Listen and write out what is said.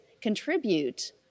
contribute